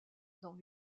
dans